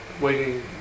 waiting